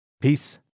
Peace